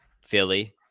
philly